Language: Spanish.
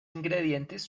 ingredientes